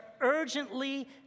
urgently